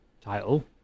title